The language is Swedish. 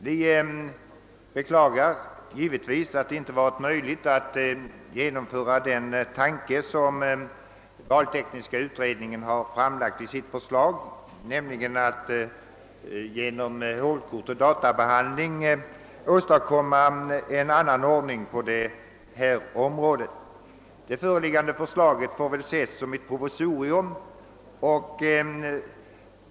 Vi beklagar naturligtvis att det inte varit möjligt att förverkliga valtekniska utredningens tanke att genom hålkort och databehandling få en annan och bättre ordning till stånd. Föreliggande förslag får emellertid ses som ett provisorium.